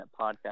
podcast